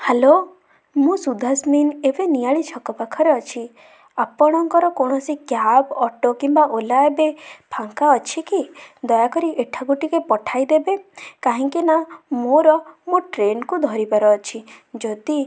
hello ମୁଁ ସୁଧାସ୍ମିନ୍ ଏବେ ନିଆଳି ଛକ ପାଖରେ ଅଛି ଆପଣଙ୍କର କୌଣସି କ୍ୟାବ୍ ଅଟୋ କିମ୍ବା ଓଲା ଏବେ ଫାଙ୍କା ଅଛି କି ଦୟାକରି ଏଠାକୁ ଟିକେ ପଠାଇଦେବେ କାହିଁକିନା ମୋର ମୋ ଟ୍ରେନ୍କୁ ଧରିବାର ଅଛି ଯଦି